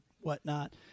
whatnot